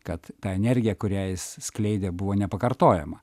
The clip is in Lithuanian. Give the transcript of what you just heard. kad ta energija kurią jis skleidė buvo nepakartojama